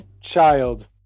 child